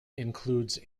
includes